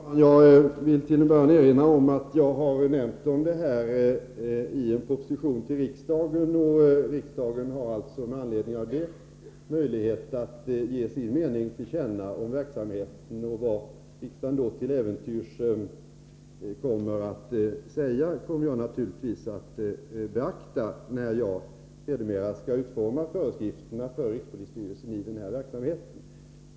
Herr talman! Jag vill till en början erinra om att jag i en proposition till riksdagen har nämnt att jag ämnar ta upp frågan om rikspolisstyrelsens verksamhet inom datorsäkerhetsområdet. Riksdagen får med anledning av det alltså möjlighet att ge sin mening till känna. Vad riksdagen då till äventyrs säger kommer jag naturligtvis att beakta, när jag sedermera skall utforma föreskrifterna för rikspolisstyrelsen rörande denna verksamhet.